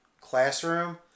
classroom